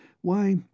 Why